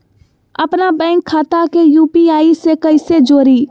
अपना बैंक खाता के यू.पी.आई से कईसे जोड़ी?